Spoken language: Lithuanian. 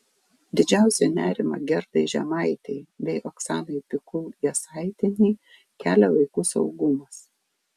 didžiausią nerimą gerdai žemaitei bei oksanai pikul jasaitienei kelia vaikų saugumas